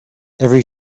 every